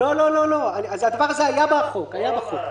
לא, הדבר הזה היה בחוק.